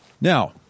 Now